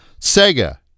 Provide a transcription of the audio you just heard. Sega